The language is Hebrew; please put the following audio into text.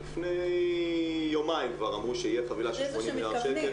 לפני יומיים כבר אמרו שתהיה חבילה של 80 מיליארד שקל.